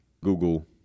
Google